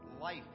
life